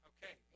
Okay